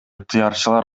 ыктыярчылар